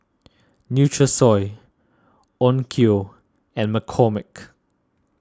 Nutrisoy Onkyo and McCormick